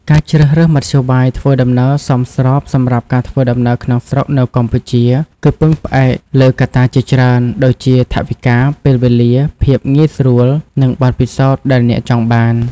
ការជ្រើសរើសមធ្យោបាយធ្វើដំណើរសមស្របសម្រាប់ការធ្វើដំណើរក្នុងស្រុកនៅកម្ពុជា គឺពឹងផ្អែកលើកត្តាជាច្រើន ដូចជាថវិកា ពេលវេលា ភាពងាយស្រួល និងបទពិសោធន៍ដែលអ្នកចង់បាន។